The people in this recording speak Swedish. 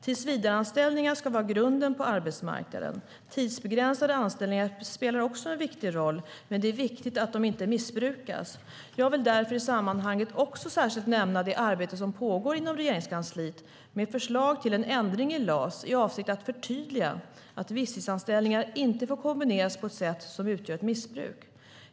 Tillsvidareanställningar ska vara grunden på arbetsmarknaden. Tidsbegränsade anställningar spelar också en viktig roll, men det är viktigt att de inte missbrukas. Jag vill därför i sammanhanget också särskilt nämna det arbete som pågår inom Regeringskansliet med förslag till en ändring i LAS i avsikt att förtydliga att visstidsanställningar inte får kombineras på ett sätt som utgör ett missbruk.